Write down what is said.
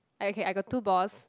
I okay I got two boss